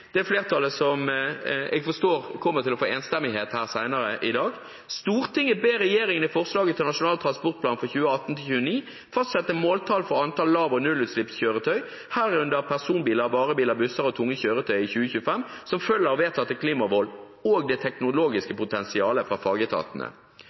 forstår kommer til å få enstemmighet her senere i dag: «Stortinget ber regjeringen i forslaget til Nasjonal transportplan for 2018–2029 fastsette måltall for antall lav- og nullutslippskjøretøy, herunder personbiler, varebiler, busser og tunge kjøretøy i 2025 som følger vedtatte klimamål og det teknologiske